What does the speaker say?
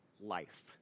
life